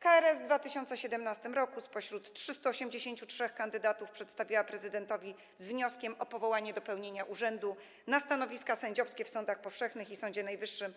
KRS w 2017 r. spośród 383 kandydatów przedstawiła prezydentowi z wnioskiem o powołanie do pełnienia urzędu na stanowiska sędziowskie w sądach powszechnych i Sądzie Najwyższym,